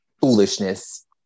foolishness